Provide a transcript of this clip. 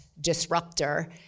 disruptor